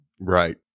Right